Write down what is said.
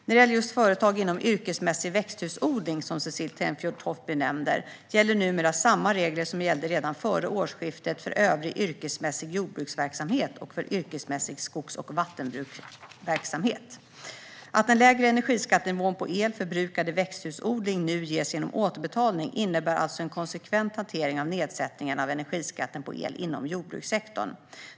När det gäller just företag inom yrkesmässig växthusodling, som Cecilie Tenfjord-Toftby nämner, gäller numera samma regler som gällde redan före årsskiftet för övrig yrkesmässig jordbruksverksamhet och för yrkesmässig skogsbruks och vattenbruksverksamhet. Att den lägre energiskattenivån på el förbrukad i växthusodling nu ges genom återbetalning innebär alltså en konsekvent hantering av nedsättningarna av energiskatten på el inom jordbrukssektorn.